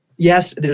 Yes